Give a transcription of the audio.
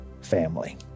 family